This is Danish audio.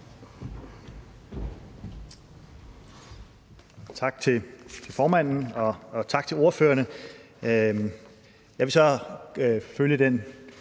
Tak til formanden. Og tak til ordførerne.